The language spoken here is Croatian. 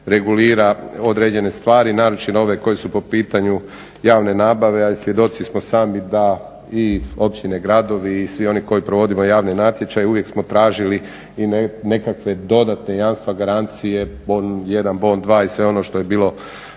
regulira određene stvari, naročito ove koje su po pitanju javne nabave. A i svjedoci smo sami da i općine i gradovi i svi oni koje provodimo javne natječaje uvijek smo tražili i nekakva dodatna jamstva i garancije, BON1 i BON2 i sve ono što je bilo